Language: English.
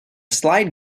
slide